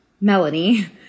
Melanie